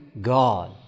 God